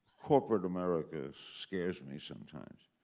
corporate america scares me sometimes.